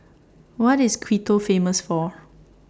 What IS Quito Famous For